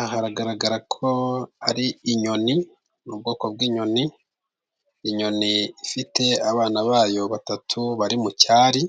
Aha hagaragara ko ari inyoni, ni ubwoko bw'inyoni, inyoni ifite abana bayo batatu bari mu cyari,